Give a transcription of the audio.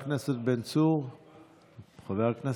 אני מציע שכבר בנושא של חוק הדיינים